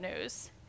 news